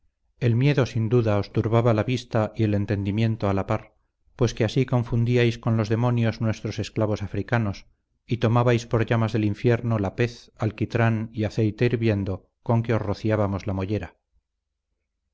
el miedo sin duda os turbaba la vista y el entendimiento a la par pues que así confundíais con los demonios nuestros esclavos africanos y tomabais por llamas del infierno la pez alquitrán y aceite hirviendo con que os rociábamos la mollera